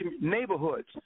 neighborhoods